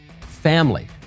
family